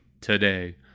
today